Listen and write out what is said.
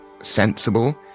sensible